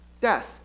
Death